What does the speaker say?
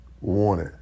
wanted